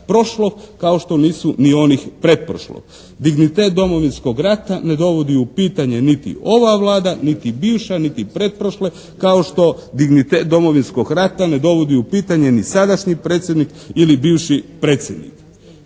kao što nisu ni onih pretprošlog. Dignitet Domovinskog rata ne dovodi u pitanje niti ova Vlada, niti bivša, niti pretprošle kao što dignitet Domovinskog rata ne dovodi u pitanje ni sadašnji predsjednik ili bivši predsjednik,